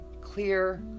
clear